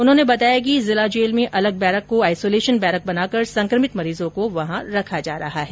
उन्होंने बताया कि जिला जेल में अलग बेरक को आईसोलेशन बेरक बनाकर संक्रमित मरीजों को वहां रखा जा रहा है